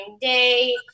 day